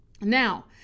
Now